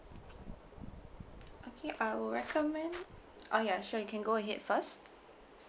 okay I will recommend oh ya sure you can go ahead first